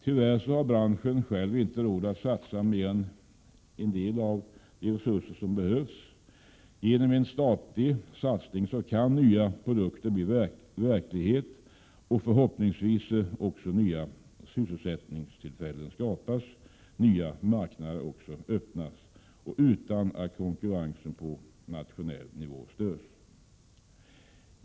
Tyvärr har branschen själv inte råd att satsa mer än en del av de resurser som behövs. Genom en statlig satsning kan nya produkter bli verklighet och nya arbetstillfällen skapas samt nya marknader förhoppningsvis också öppnas, och det utan att konkurrensen på nationell nivå störs.